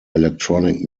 electronic